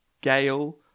Gale